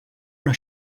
una